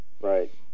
Right